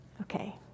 Okay